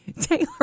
Taylor